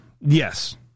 Yes